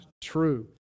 true